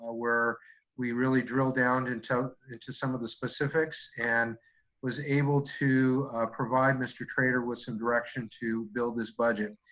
ah where we really drilled down into into some of the specifics and was able to provide mr. trader with some direction to build this budget.